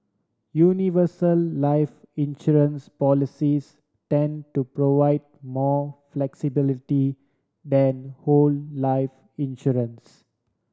universal life insurance policies tend to provide more flexibility than whole life insurance